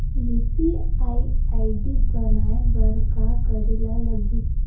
UPI ID बनाये बर का करे ल लगही?